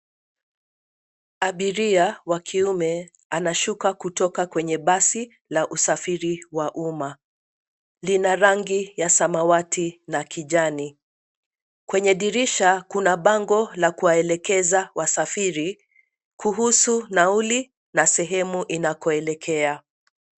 Abiria wa kiume anashuka kutoka kwenye basi la usafiri wa umma. Lina rangi ya samawati na kijani. Kwenye dirisha kuna bango la kuwaelekeza wasafiri kuhusu nauli na sehemu inakoelekea.